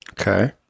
Okay